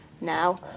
now